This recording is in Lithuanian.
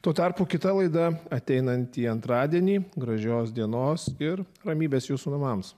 tuo tarpu kita laida ateinantį antradienį gražios dienos ir ramybės jūsų namams